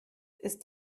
ist